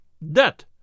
That